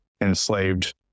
enslaved